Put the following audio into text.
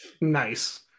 nice